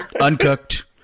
Uncooked